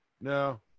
No